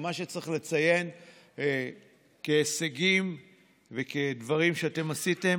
ומה שצריך לציין כהישגים וכדברים שאתם עשיתם,